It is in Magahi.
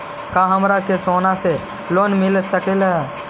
का हमरा के सोना से लोन मिल सकली हे?